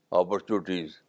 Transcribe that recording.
opportunities